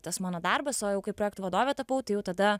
tas mano darbas o jau kai projektų vadove tapau tai jau tada